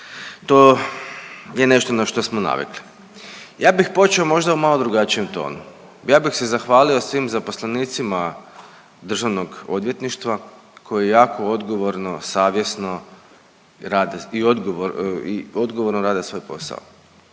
to je nešto na što smo navikli. Ja bih počeo možda u malo drugačijem tonu, ja bih se zahvalio svim zaposlenicima državnog odvjetništva koji jako odgovorno, savjesno rade i odgovorno rade svoj posao.